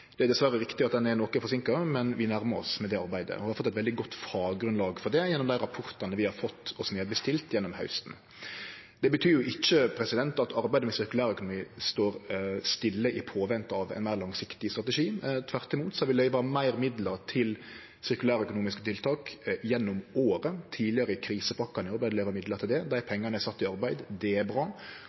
Det er dessverre riktig at han er noko forsinka, men vi nærmar oss med det arbeidet, og vi har fått eit veldig godt faggrunnlag gjennom dei rapportane vi har fått, og som vi har bestilt gjennom hausten. Det betyr jo ikkje at arbeidet med sirkulær økonomi står stille i påvente av ein meir langsiktig strategi – tvert imot er det løyvd meir midlar til sirkulærøkonomiske tiltak gjennom åra. I dei tidlegare krisepakkene er det løyvd midlar til det. Dei pengane er sette i arbeid. Det er bra.